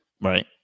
Right